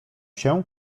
się